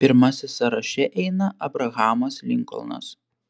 pirmasis sąraše eina abrahamas linkolnas